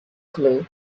clue